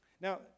Now